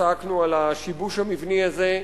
צעקנו על השיבוש המבני הזה,